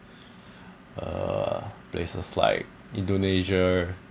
err places like indonesia